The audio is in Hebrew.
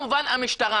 משטרה